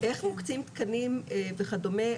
איך מוקצים תקנים וכדומה,